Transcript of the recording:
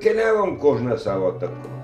keliavom kožnas savo taku